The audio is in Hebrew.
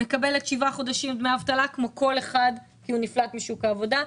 מקבלת שבעה חודשים דמי אבטלה כמו כל אחד כי הוא נפלט משוק העבודה.